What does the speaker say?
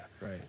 Right